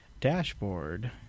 dashboard